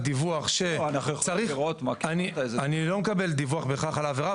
אני לא מקבל דיווח בהכרח על העבירה,